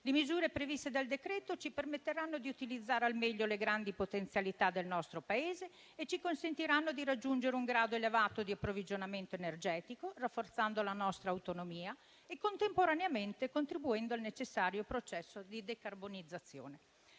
Le misure previste dal decreto-legge ci permetteranno di utilizzare al meglio le grandi potenzialità del nostro Paese e di raggiungere un grado elevato di approvvigionamento energetico, rafforzando la nostra autonomia e contemporaneamente contribuendo al necessario processo di decarbonizzazione.